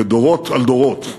לדורות על דורות?